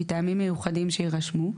מטעמים מיוחדים שיירשמו,